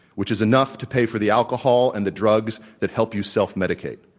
which is enough to pay for the alcohol and the drugs that help you self-medicate.